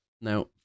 Now